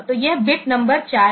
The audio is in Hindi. तो यह बिट नंबर चार है